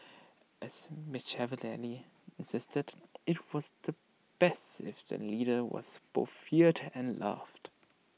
as Machiavelli insisted IT was the best if the leader was both feared and loved